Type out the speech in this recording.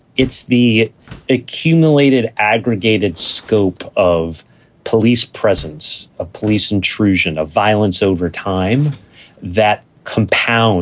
it's the accumulated aggregated scope of police, presence of police, intrusion of violence over time that compounds